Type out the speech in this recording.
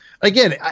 again